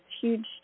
huge